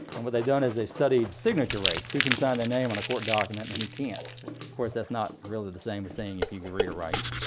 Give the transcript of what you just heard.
and what they've done is they've studied signature rates, who can sign their name on a court document and who can't. of course, that's not really the same as saying if you could read or write.